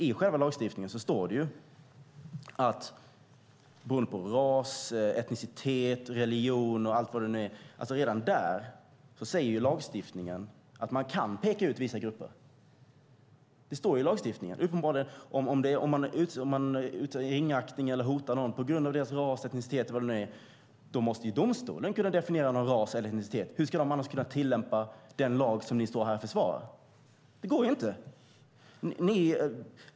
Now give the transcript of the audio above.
I själva lagstiftningen står det att det beror på ras, etnicitet, religion och allt vad det nu är. Redan där säger lagstiftningen att man kan peka ut vissa grupper. Om någon uttrycker ringaktning eller hotar någon på grund av ras eller etnicitet måste uppenbarligen domstolen kunna definiera ras och etnicitet. Hur ska de annars kunna tillämpa den lag som ni står här och försvarar? Det går inte.